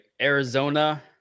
Arizona